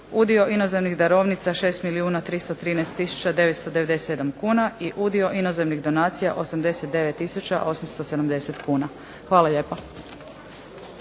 Udio inozemnih darovnica 6 milijuna 313 tisuća 997 kuna i udio inozemnih donacija 89 tisuća 870 kuna. Hvala lijepa.